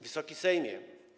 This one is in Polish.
Wysoki Sejmie!